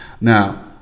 Now